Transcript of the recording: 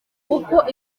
uko